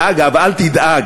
ואגב, אל תדאג,